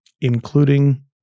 including